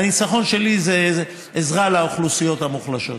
והניצחון שלי זה עזרה לאוכלוסיות המוחלשות,